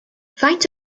faint